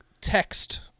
Text